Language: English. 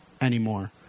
anymore